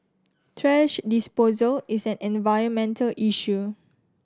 thrash disposal is an environmental issue